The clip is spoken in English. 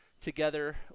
together